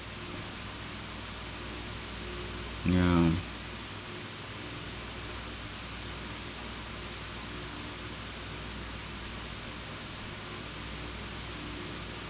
yeah